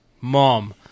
Mom